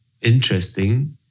interesting